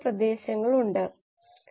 ഇതാണ് ആവശ്യമുള്ള ശാഖ